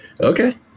Okay